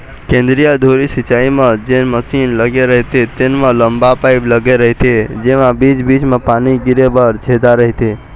केंद्रीय धुरी सिंचई म जेन मसीन लगे रहिथे तेन म लंबा पाईप लगे रहिथे जेमा बीच बीच म पानी गिरे बर छेदा रहिथे